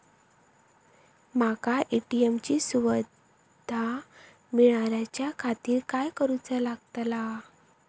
माका ए.टी.एम ची सुविधा मेलाच्याखातिर काय करूचा लागतला?